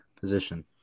position